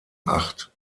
acht